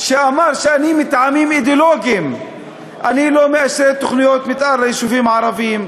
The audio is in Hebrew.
שאמר: אני מטעמים אידיאולוגיים לא מאשר תוכניות מתאר ליישובים ערביים.